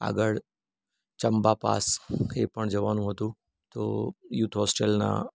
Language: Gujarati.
આગળ ચંબા પાસ એ પણ જવાનું હતું તો યૂથ હૉસ્ટેલનાં